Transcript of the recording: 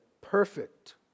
perfect